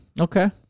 Okay